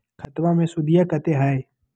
खतबा मे सुदीया कते हय?